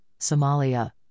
Somalia